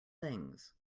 things